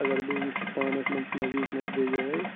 اَگر بہٕ وٕچھٕ پانَس منٛز چھُ مےٚ ویٖکنٮ۪س بیٚیہِ یِہوے